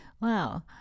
wow